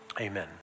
Amen